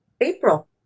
April